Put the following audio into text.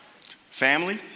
Family